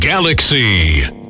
Galaxy